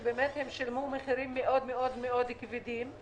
שבאמת הן שילמו מחירים מאוד-מאוד כבדים,